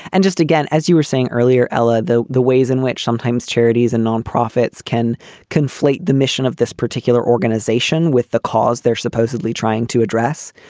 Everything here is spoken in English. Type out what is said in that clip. and just again, as you were saying earlier, ella, though, the ways in which sometimes charities and non-profits can conflate the mission of this particular organization with the cause they're supposedly trying to address.